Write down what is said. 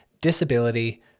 disability